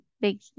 big